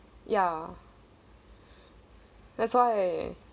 ya that's why